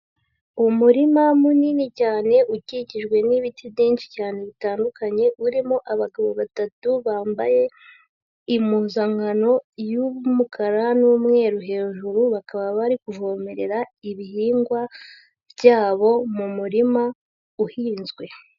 Umurima munini cyane ukikijwe n'ibiti byinshi cyane bitandukanye urimo abagabo batatu bambaye impuzankano y'umukara n'umweru hejuru, bakaba bari kuvomerera ibihingwa byabo mu murima uhinzwe.